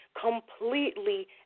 completely